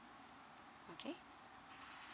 okay